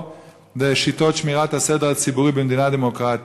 לשיטות שמירת הסדר הציבורי במדינה דמוקרטית.